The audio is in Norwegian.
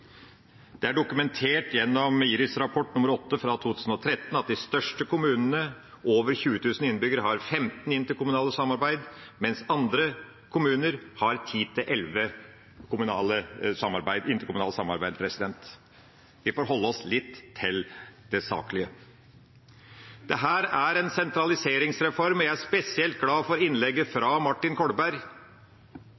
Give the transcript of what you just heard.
Det er dokumentert gjennom IRIS-rapport 2013/8 at de største kommunene, med over 20 000 innbyggere, har 15 interkommunale samarbeid, mens andre kommuner har 10–11 interkommunale samarbeid. Vi får holde oss litt til det saklige. Dette er en sentraliseringsreform, og jeg er spesielt glad for innlegget til Martin Kolberg.